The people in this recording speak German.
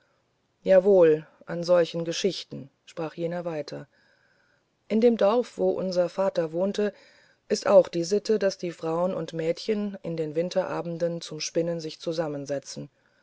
jawohl an solchen geschichten sprach jener weiter in dem dorf wo unser vater wohnte ist auch die sitte daß die frauen und mädchen in den winterabenden zum spinnen sich zusammensetzen